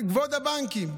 כבוד הבנקים,